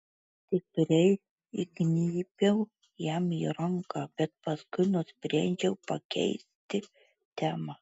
stipriai įgnybiau jam į ranką bet paskui nusprendžiau pakeisti temą